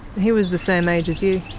he was the same age as you?